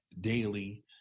daily